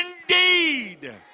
indeed